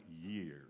years